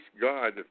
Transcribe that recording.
God